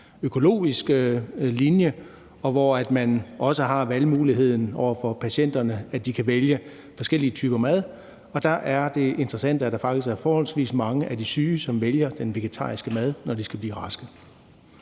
økologisk linje, og hvor man også har valgmuligheden til patienterne for, at de kan vælge mellem forskellige typer mad, og der er det interessante, at der faktisk er forholdsvis mange af de syge, som vælger den vegetariske mad, når de skal blive raske.